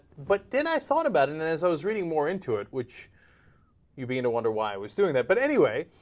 but then i thought about and it as i was really more into it which you begin to wonder why i was doing that but anyway